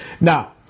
Now